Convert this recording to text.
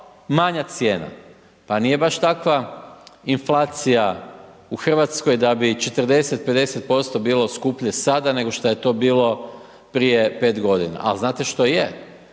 manja cijena. Pa nije baš takva inflacija u Hrvatskoj da bi 40, 50% bilo skuplje sada, nego što je to bilo prije 5 godina. Ali, znate što je?